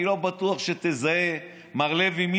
אני לא בטוח שתזהה מי זה, מר לוי.